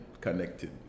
connected